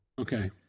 Okay